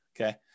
okay